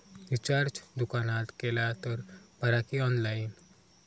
Recharge दुकानात केला तर बरा की ऑनलाइन?